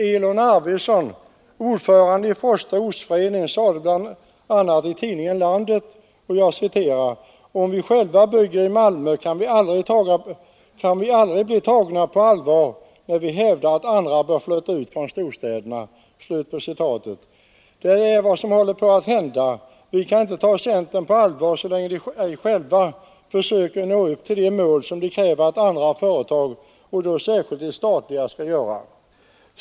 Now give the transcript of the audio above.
Elon Arvidsson, ordförande i Frosta ortsförening, uttalade bl.a. i tidningen Land: ”Om vi själva bygger i Malmö kan vi aldrig bli tagna på allvar när vi hävdar att andra bör flytta ut från storstäderna.” Det är vad som nu håller på att hända. Vi kan inte ta centern på allvar så länge man ej själv försöker nå upp till de mål som man kräver att andra verksamheter, särskilt de statliga, skall uppfylla.